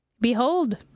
Behold